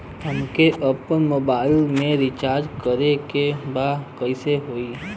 हमके आपन मोबाइल मे रिचार्ज करे के बा कैसे होई?